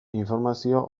informazio